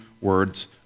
words